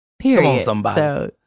Period